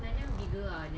hmm